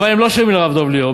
אבל הם לא שומעים לרב דב ליאור,